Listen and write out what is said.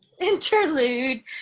Interlude